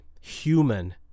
human